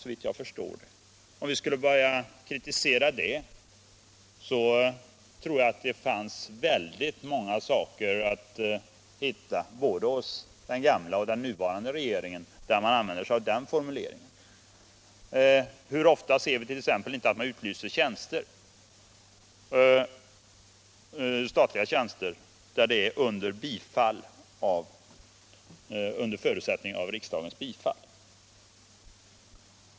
Såvitt jag förstår är det ett fullständigt normalt förfarande. Det är en formulering som både den gamla och den nya regeringen har använt många gånger. Hur ofta ser vi inte exempelvis att man utlyser statliga tjänster under förutsättning av riksdagens bifall?